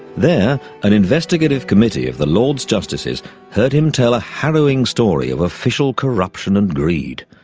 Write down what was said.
there an investigative committee of the lords justices heard him tell a harrowing story of official corruption and greed.